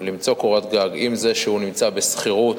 ולמצוא קורת גג, עם זה שהוא נמצא בשכירות.